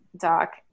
doc